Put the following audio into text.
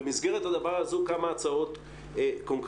במסגרת הדבר הזה כמה הצעות קונקרטיות.